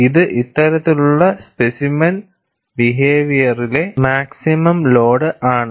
ഇത് ഇത്തരത്തിലുള്ള സ്പെസിമെൻ ബിഹേവിയറിലെ മാക്സിമം ലോഡ് ആണ്